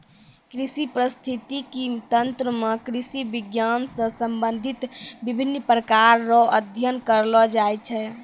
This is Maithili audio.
कृषि परिस्थितिकी तंत्र मे कृषि विज्ञान से संबंधित विभिन्न प्रकार रो अध्ययन करलो जाय छै